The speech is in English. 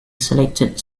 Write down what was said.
selected